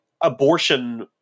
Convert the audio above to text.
abortion